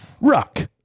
Ruck